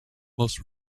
most